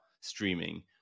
streaming